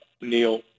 Neil